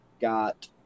got